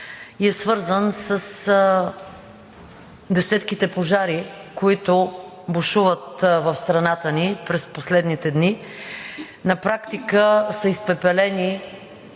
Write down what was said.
и е свързан с десетките пожари, които бушуват в страната ни през последните дни. На практика са изпепелени